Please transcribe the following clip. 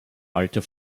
alter